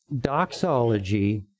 doxology